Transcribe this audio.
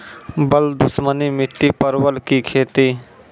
बल दुश्मनी मिट्टी परवल की खेती?